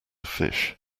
fish